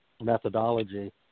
methodology